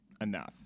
enough